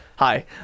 Hi